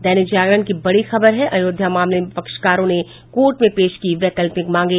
दैनिक जागरण की बड़ी खबर है अयोध्या मामले में पक्षकारों ने कोर्ट में पेश की वैकल्पिक मांगें